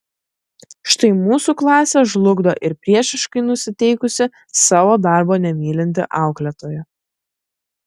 štai mūsų klasę žlugdo ir priešiškai nusiteikusi savo darbo nemylinti auklėtoja